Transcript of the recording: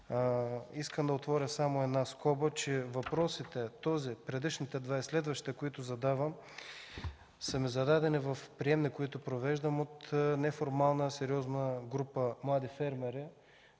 Искам да отворя само една скоба, че въпросите – този, предишните два и следващите, които ще задам, са ми зададени в приемни, които провеждам, от неформална сериозна група млади фермери,